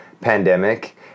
pandemic